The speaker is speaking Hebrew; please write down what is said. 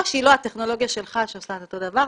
או שהיא לא הטכנולוגיה שלך שעושה את אותו דבר.